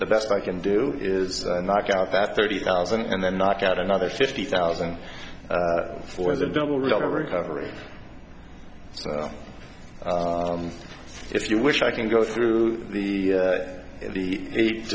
the best i can do is knock out that thirty thousand and then knock out another fifty thousand for the double recovery if you wish i can go through the